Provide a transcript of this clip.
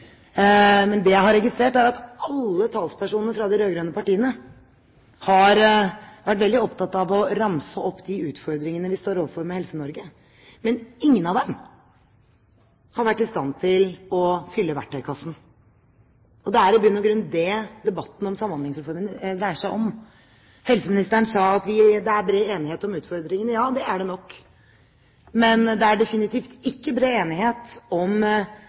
men ingen av dem har vært i stand til å fylle verktøykassen. Det er i bunn og grunn det debatten om Samhandlingsreformen dreier seg om. Helseministeren sa at det er bred enighet om utfordringene. Ja, det er det nok. Men det er definitivt ikke bred enighet om